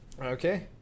Okay